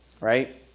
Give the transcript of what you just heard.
Right